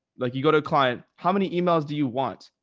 like you go to a client, how many emails do you want?